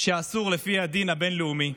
שאסור לפי הדין הבין-לאומי.